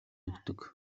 өгдөг